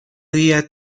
día